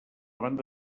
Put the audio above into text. banda